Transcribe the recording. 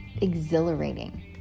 exhilarating